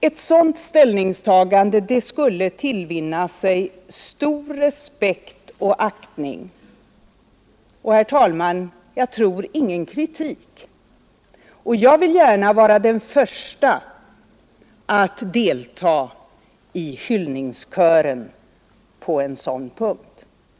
Ett sådant ställningstagande skulle tillvinna sig stor respekt och aktning, och jag tror inte att det skulle möta någon kritik. Jag vill gärna vara den första att delta i hyllningskören på en sådan punkt.